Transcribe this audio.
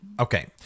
Okay